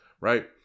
right